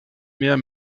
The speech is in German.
mehr